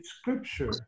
scripture